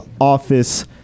office